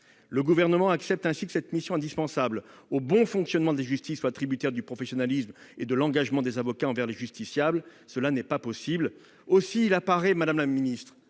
Le Gouvernement accepte ainsi que cette mission indispensable au bon fonctionnement de la justice soit tributaire du professionnalisme et de l'engagement des avocats envers les justiciables. Cela n'est pas possible ! Aussi, madame la garde